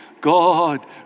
God